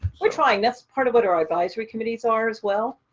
we're trying. that's part of what our advisory committees are, as well,